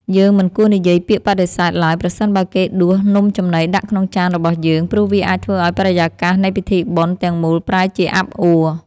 យើងមិនគួរនិយាយពាក្យបដិសេធឡើយប្រសិនបើគេដួសនំចំណីដាក់ក្នុងចានរបស់យើង ព្រោះវាអាចធ្វើឱ្យបរិយាកាសនៃពិធីបុណ្យទាំងមូលប្រែជាអាប់អួ។